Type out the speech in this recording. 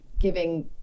giving